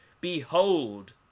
behold